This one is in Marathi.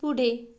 पुढे